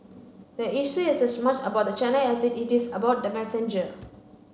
the issue is as much about the channel as it is about the messenger